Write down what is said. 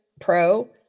Pro